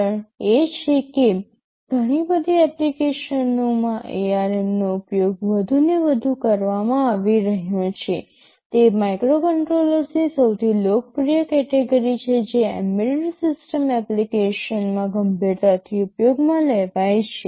કારણ એ છે કે ઘણી બધી એપ્લિકેશનોમાં ARM નો ઉપયોગ વધુને વધુ કરવામાં આવી રહ્યો છે તે માઇક્રોકન્ટ્રોલર્સની સૌથી લોકપ્રિય કેટેગરી છે જે એમ્બેડેડ સિસ્ટમ એપ્લિકેશનમાં ગંભીરતાથી ઉપયોગમાં લેવાય છે